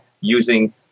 using